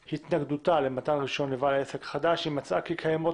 התנגדותה למתן הרישיון לבעל העסק החדש אם מצאה כי קיימות